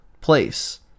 place